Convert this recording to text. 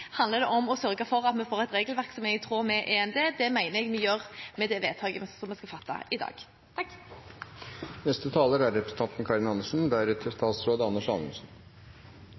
handler det om å sørge for at vi får et regelverk som er i tråd med EMD. Det mener jeg vi gjør med det vedtaket som vi skal fatte i dag. Jeg vil først ta opp forslaget som er